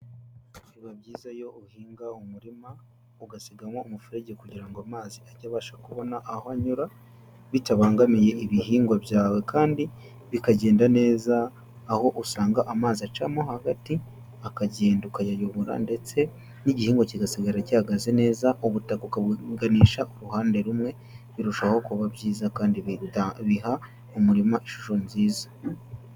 Biba byiza iyo uhinga umurima ugasigamo umufurege kugira ngo amazi ajye abasha kubona aho anyura bitabangamiye ibihingwa byawe. Kandi bikagenda neza aho usanga amazi acamo hagati akagenda ukayayobora ndetse n'igihingwa kigasigara gihagaze neza, ubutaka ukabuganisha ku ruhande rumwe. Birushaho kuba byiza kandi bihita biha umurima ishusho nziza.